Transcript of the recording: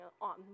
on